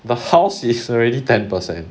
the house is already ten percent